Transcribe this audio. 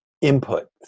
input